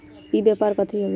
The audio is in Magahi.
ई व्यापार कथी हव?